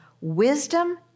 wisdom